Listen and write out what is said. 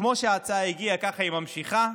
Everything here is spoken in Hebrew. כמו שההצעה הגיעה כך היא ממשיכה.